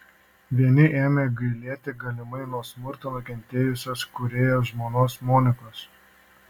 vieni ėmė gailėti galimai nuo smurto nukentėjusios kūrėjo žmonos monikos